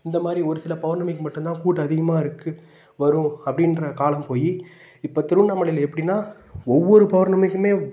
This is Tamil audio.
இந்தமாதிரி ஒரு சில பௌர்ணமிக்கு மட்டுந்தான் கூட்டம் அதிகமாக இருக்குது வரும் அப்படின்ற காலம் போய் இப்போ திருவண்ணாமலையில் எப்படின்னா ஒவ்வொரு பௌர்ணமிக்குமே